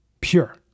pure